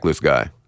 guy